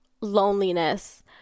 loneliness